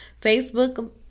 Facebook